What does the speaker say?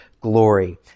glory